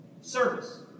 Service